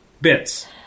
Bits